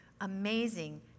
amazing